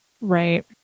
Right